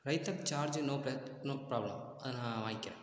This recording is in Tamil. ரைத்தாவுக்கு சார்ஜ்ஜி நோ ப நோ ப்ராப்ளம் அது நான் வாங்கிகிறன்